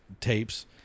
tapes